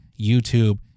YouTube